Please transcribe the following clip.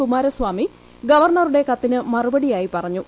കുമാരസ്വാമി ഗവർണറുടെ കത്തിന് മറുപടിയായി പറഞ്ഞു